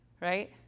right